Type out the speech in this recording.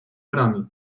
parami